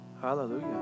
Hallelujah